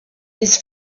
his